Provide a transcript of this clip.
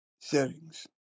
settings